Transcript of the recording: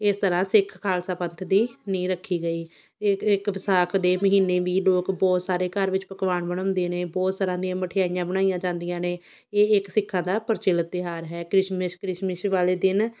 ਇਸ ਤਰ੍ਹਾਂ ਸਿੱਖ ਖਾਲਸਾ ਪੰਥ ਦੀ ਨੀਂਹ ਰੱਖੀ ਗਈ ਇੱਕ ਇੱਕ ਵਿਸਾਖ ਦੇ ਮਹੀਨੇ ਵੀ ਲੋਕ ਬਹੁਤ ਸਾਰੇ ਘਰ ਵਿੱਚ ਪਕਵਾਨ ਬਣਾਉਂਦੇ ਨੇ ਬਹੁਤ ਤਰ੍ਹਾਂ ਦੀਆਂ ਮਠਿਆਈਆਂ ਬਣਾਈਆਂ ਜਾਂਦੀਆਂ ਨੇ ਇਹ ਇੱਕ ਸਿੱਖਾਂ ਦਾ ਪ੍ਰਚਲਿਤ ਤਿਉਹਾਰ ਹੈ ਕ੍ਰਿਸ਼ਮਿਸ਼ ਕ੍ਰਿਸ਼ਮਿਸ਼ ਵਾਲੇ ਦਿਨ